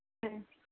ਹਾਂਜੀ